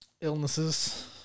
illnesses